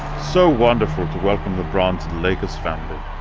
so wonderful to welcome lebron to the lakers family.